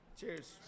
Cheers